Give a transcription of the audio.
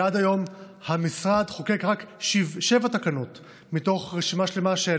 ועד היום המשרד חוקק רק שבע תקנות מתוך רשימה שלמה,